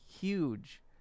huge